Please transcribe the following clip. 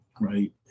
Right